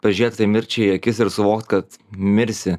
pažiūrėt tai mirčiai į akis ir suvokt kad mirsi